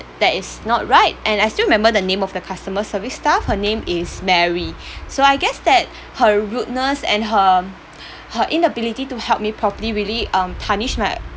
that is not right and I still remember the name of the customer service staff her name is mary so I guess that her rudeness and her her inability to help me properly really um tarnish my